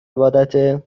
عبادته